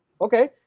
Okay